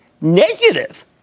negative